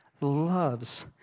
loves